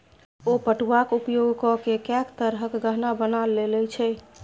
ओ पटुआक उपयोग ककए कैक तरहक गहना बना लए छै